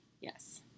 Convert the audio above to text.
Yes